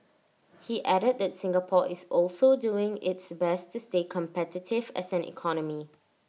he added that Singapore is also doing its best to stay competitive as an economy